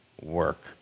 work